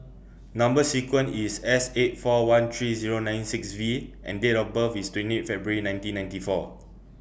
Number sequence IS S eight four one three Zero nine six V and Date of birth IS twenty February nineteen ninety four